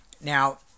Now